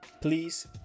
please